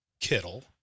Kittle